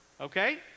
okay